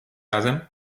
razem